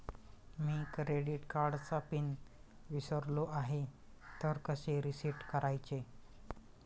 मी credit कार्डचा pin विसरलो आहे तर कसे रीसेट करायचे?